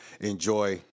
enjoy